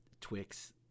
Twix